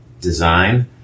design